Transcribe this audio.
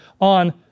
on